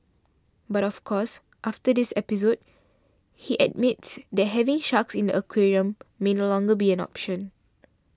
but of course after this episode he admits that having sharks in the aquarium may no longer be an option